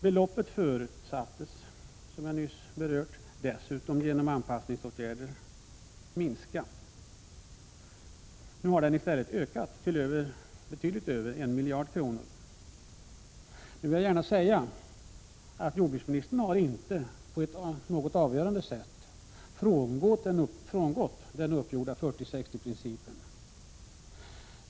Dessutom förutsattes beloppet genom anpassningsåtgärder minska. Det har i stället ökat till betydligt över en miljard kronor. Nu vill jag gärna säga att jordbruksministern inte på något avgörande sätt har frångått den uppgjorda 40—60-principen.